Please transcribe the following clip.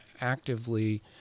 actively